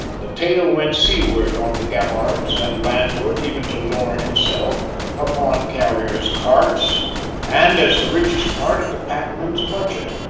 the tale went seaward on the gabbards, and landward, even to lorn itself upon carriers' carts and as the richest part of the packman's budget.